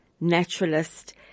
naturalist